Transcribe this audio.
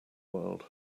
world